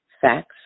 facts